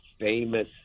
famous